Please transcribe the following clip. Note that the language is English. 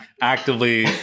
actively